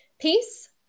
peace